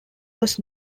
was